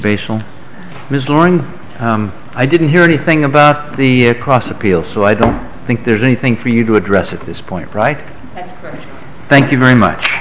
lawn i didn't hear anything about the cross appeal so i don't think there's anything for you to address at this point right thank you very much